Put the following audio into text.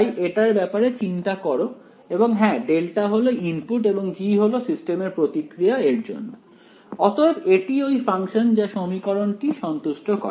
তাই এটার ব্যাপারে চিন্তা করো এবং হ্যাঁ ডেল্টা হল ইনপুট এবং g হল সিস্টেম এর প্রতিক্রিয়া এর জন্য অতএব এটি ওই ফাংশন যা সমীকরণটি সন্তুষ্ট করে